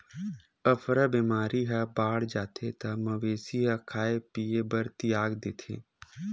अफरा बेमारी ह बाड़ जाथे त मवेशी ह खाए पिए बर तियाग देथे